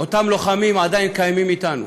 משום שאותם לוחמים עדיין אתנו,